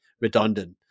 redundant